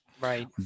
Right